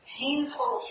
painful